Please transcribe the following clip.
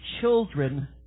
children